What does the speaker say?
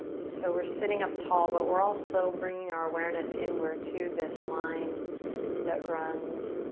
so we're sitting up tall but were also bringing our awareness inward to this line that runs